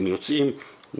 הם יוצאים,